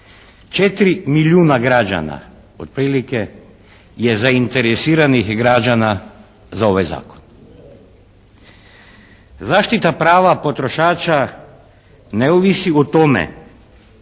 4 milijuna građana otprilike je zainteresiranih građana za ovaj Zakon. Zaštita prava potrošača ne ovisi o tome